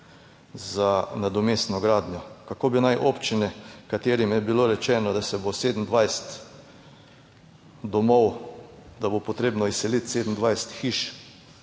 za nadomestno gradnjo. Kako bi naj občine, katerim je bilo rečeno, da se bo 27 domov, da bo potrebno izseliti 27 hiš,